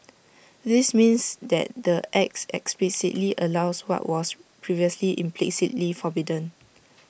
this means that the act explicitly allows what was previously implicitly forbidden